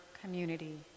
community